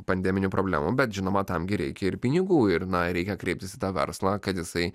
pandeminių problemų bet žinoma tam gi reikia ir pinigų ir na reikia kreiptis į tą verslą kad jisai